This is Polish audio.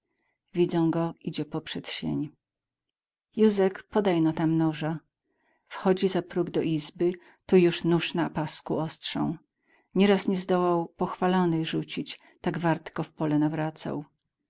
widzą go idzie poprzed sień józek podejno tam noża wchodzi za próg do izby to już nóż na pasku ostrzą nieraz nie zdołał pochwalony rzucić tak wartko w pole nawracał